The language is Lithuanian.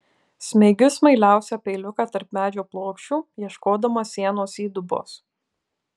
smeigiu smailiausią peiliuką tarp medžio plokščių ieškodama sienos įdubos